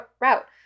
route